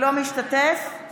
אינו משתתף בהצבעה